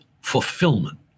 fulfillment